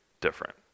different